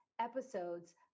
episodes